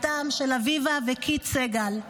בתם של אביבה וקית' סיגל.